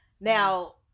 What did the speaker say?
Now